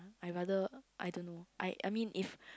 I rather I don't know I I mean if